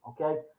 okay